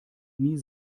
nie